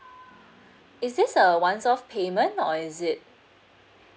is this a once off payment or is it